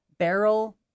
Barrel